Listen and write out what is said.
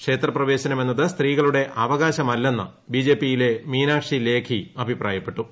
ക്ഷേത്രപ്രവേശനം എന്നത് സ്ത്രീകളുടെ അവകാശമല്ലെന്ന് ബിജെപി യിലെ മീനാക്ഷി ലേഖി അഭിപ്രായപ്പെട്ടു